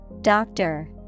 Doctor